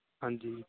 ਹਾਂਜੀ